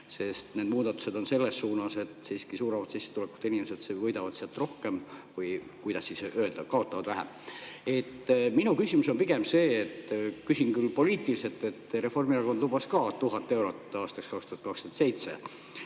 sest need muudatused on selles suunas, et suuremate sissetulekutega inimesed võidavad siiski rohkem, või kuidas öelda, kaotavad vähem. Minu küsimus on pigem see, ma küsin küll poliitiliselt. Reformierakond lubas ka 1000 eurot aastaks 2027.